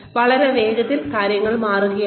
കൂടാതെ വളരെ വേഗത്തിൽ കാര്യങ്ങൾ മാറുകയാണ്